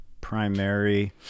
primary